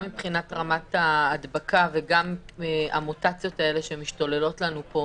גם מבחינת רמת ההדבקה וגם המוטציות האלה שמשתוללות לנו פה,